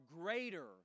greater